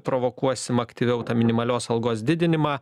provokuosim aktyviau tą minimalios algos didinimą